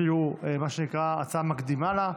מה שנקרא הצעה מקדימה לה,